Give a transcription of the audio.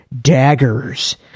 daggers